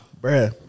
bro